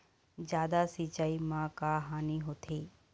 जादा सिचाई म का हानी होथे?